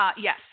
Yes